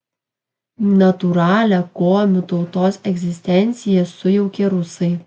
natūralią komių tautos egzistenciją sujaukė rusai